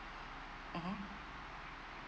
mmhmm